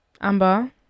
Amber